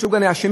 זה חלק,